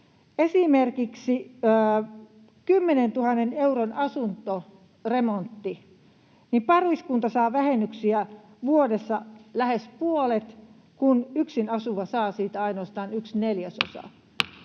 Esimerkiksi 10 000 euron asuntoremontista pariskunta saa vähennyksiä vuodessa lähes puolet, kun yksin asuva saa siitä ainoastaan yhden neljäsosan.